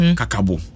kakabo